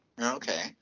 Okay